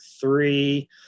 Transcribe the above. three